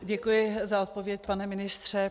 Děkuji za odpověď, pane ministře.